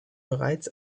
bereits